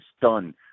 Done